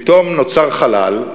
פתאום נוצר חלל,